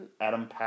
Adam